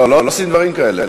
לא, לא עושים דברים כאלה.